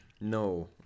No